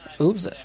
Oops